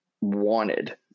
wanted